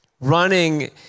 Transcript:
running